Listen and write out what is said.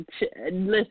listen